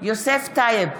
יוסף טייב,